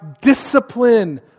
discipline